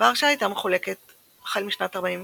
ורשה הייתה החל משנת 1945,